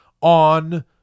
on